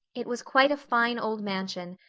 it was quite a fine old mansion,